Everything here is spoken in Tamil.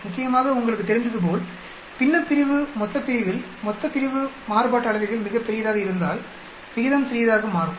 நிச்சயமாகஉங்களுக்குத் தெரிந்ததுபோல் பின்னப்பிரிவு மொத்தப்பிரிவில் மொத்தப்பிரிவு மாறுபாட்டு அளவைகள் மிகப் பெரியதாக இருந்தால்விகிதம் சிறியதாக மாறும்